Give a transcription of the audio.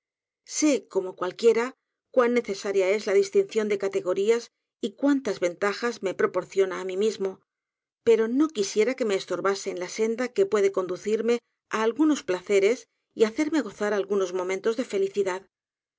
sé como cualquiera cuan necesaria es la distinción de categorías y cuántas ventajas me proporciona á mí mismo pero no quisiera que me estorbase en la senda que puede conducirme á algunos placeres y hacerme gozar algunos momentos de felicidad